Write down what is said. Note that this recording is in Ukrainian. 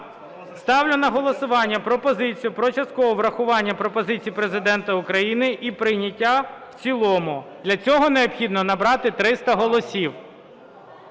Ставлю на голосування пропозицію про часткове врахування пропозицій Президента України і прийняття в цілому, для цього необхідно набрати 300 голосів,